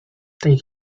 tej